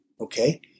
Okay